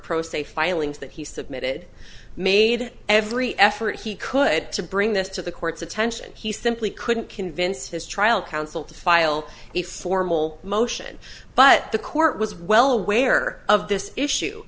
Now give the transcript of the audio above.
se filings that he submitted made every effort he could to bring this to the court's attention he simply couldn't convince his trial counsel to file a formal motion but the court was well aware of this issue